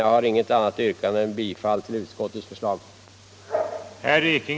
Jag har inget annat yrkande än bifall till utskottets hemställan.